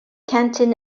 canton